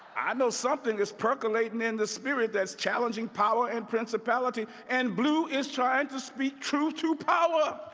i know something is percolateing in the spirit that's challenging power and principality, and bluu is trying to speak truth to power.